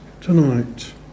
tonight